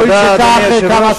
הואיל וכך,